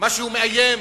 משהו מאיים.